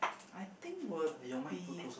I think will be